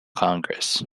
congress